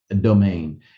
domain